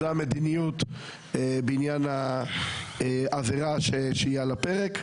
זו המדיניות בעניין העבירה שהיא על הפרק.